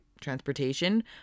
transportation